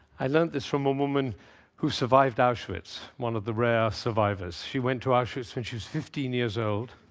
i learned this from a woman who survived auschwitz, one of the rare survivors. she went to auschwitz when she was fifteen years old.